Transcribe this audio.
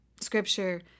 Scripture